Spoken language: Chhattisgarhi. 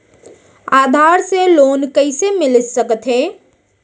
आधार से लोन कइसे मिलिस सकथे?